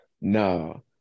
No